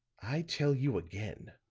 i tell you again,